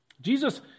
Jesus